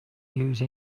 use